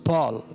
Paul